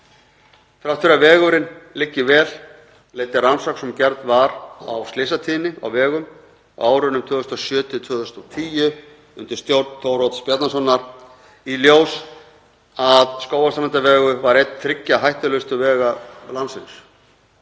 Þrátt fyrir að vegurinn liggi vel leiddi rannsókn sem gerð var á slysatíðni á vegum á árunum 2007–2010 undir stjórn Þórodds Bjarnasonar í ljós að Skógarstrandarvegur var einn þriggja hættulegustu vega landsins.